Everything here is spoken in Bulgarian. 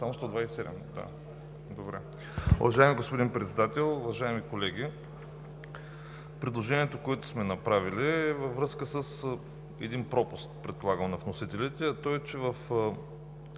Уважаеми господин Председател, уважаеми колеги! Предложението, което сме направили, е във връзка с един предполагам пропуск на вносителите, а той е, че в